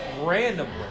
randomly